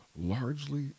largely